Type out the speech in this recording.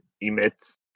emits